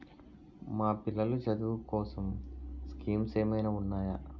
మా పిల్లలు చదువు కోసం స్కీమ్స్ ఏమైనా ఉన్నాయా?